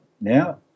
now